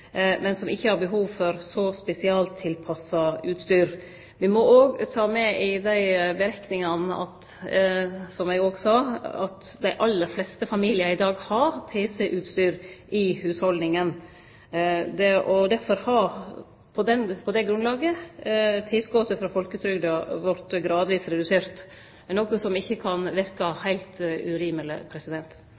men som ikkje har behov for så spesialtilpassa utstyr. Me må òg ta med i berekningane, som eg sa, at dei aller fleste familiar i dag har pc-utstyr i hushaldet. På det grunnlaget har tilskotet frå folketrygda vorte gradvis redusert. Det er noko som ikkje kan verke heilt urimeleg.